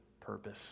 purpose